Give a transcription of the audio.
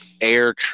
air